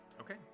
Okay